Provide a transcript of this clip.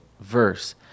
verse